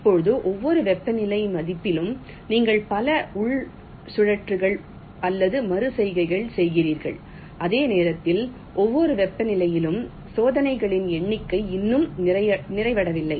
இப்போது ஒவ்வொரு வெப்பநிலை மதிப்பிலும் நீங்கள் பல உள் சுழல்கள் அல்லது மறு செய்கைகளைச் செய்கிறீர்கள் அதே நேரத்தில் ஒவ்வொரு வெப்பநிலையிலும் சோதனைகளின் எண்ணிக்கை இன்னும் நிறைவடையவில்லை